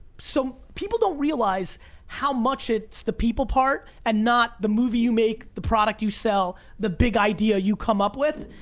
so people don't realize how much it's the people part, and not the movie you make, the product you sell, the big idea that you come up with.